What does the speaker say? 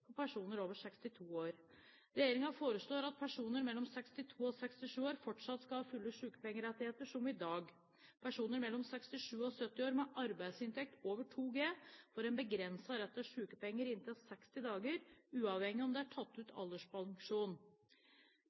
for personer over 62 år. Regjeringen foreslår at personer mellom 62 og 67 år fortsatt skal ha fulle sykepengerettigheter som i dag. Personer mellom 67 og 70 år med arbeidsinntekt over 2 G får en begrenset rett til sykepenger i inntil 60 dager uavhengig av om det er tatt ut alderspensjon.